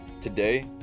Today